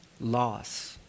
loss